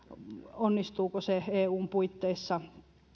onnistuuko se eun puitteissa